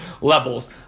levels